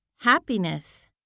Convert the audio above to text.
happiness